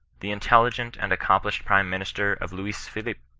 the intelligent and accomplished prime minister of louis phillipe.